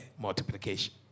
multiplication